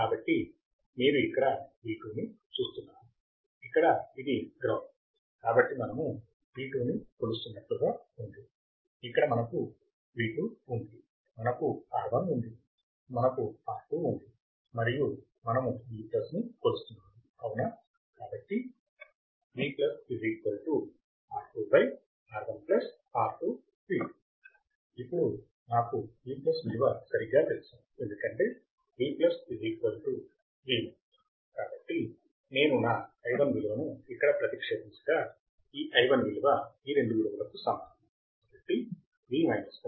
కాబట్టి మీరు ఇక్కడ V2 ని చూస్తున్నారు ఇక్కడ ఇది గ్రౌండ్ కాబట్టి మనము V2 ని కోలుస్తున్నట్లు గా ఉంది ఇక్కడ మనకు V2 ఉంది మనకు R1 ఉంది మనకు R2 ఉంది మరియు మనము V ని కొలుస్తున్నాము అవునా కాబట్టి ఇప్పుడు నాకు V విలువ సరిగ్గా తెలుసు ఎందుకంటే V V కాబట్టి నేను నా i1 విలువను ఇక్కడ ప్రతిక్షేపించగా ఈ i1 విలువ ఈ రెండు విలువలకు సమానం